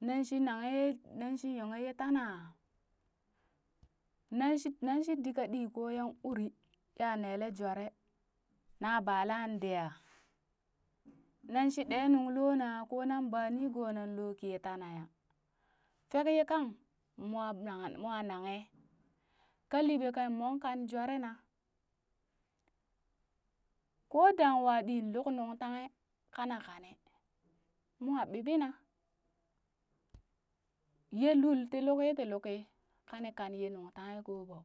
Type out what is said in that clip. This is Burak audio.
nan shi nanghe nanshi nyonghe ye tanaa, nan shi nan shi dii kaɗi yan uri ya nele jware na bala dee aa, nan shii ɗee nuŋ loo na koo nan ba nigoo nan lo kiye tanaa ya, fek ye kan mo nang mwa nanghe, ka liɓe kamong kan jware na ko dang waa ɗii luk nungtanghe kana kane mo ɓiɓi na ye lul ti luku ti luki kani kanye nuŋ tanghe koo ɓoo.